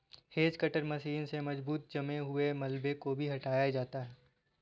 hedge cutter machine से मजबूत जमे हुए मलबे को भी हटाया जाता है